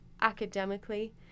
academically